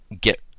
get